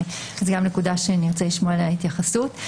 זאת גם נקודה שאני ארצה לשמוע אליה התייחסות.